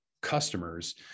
customers